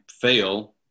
fail